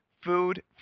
Food